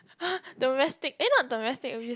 domestic eh not domestic abuse